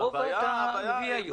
את הרוב אתה מביא היום.